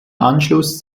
anschluss